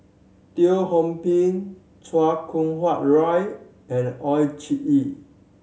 Teo Ho Pin Chan Kum Wah Roy and Oon Jin Gee